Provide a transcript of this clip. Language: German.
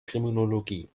kriminologie